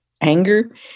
Anger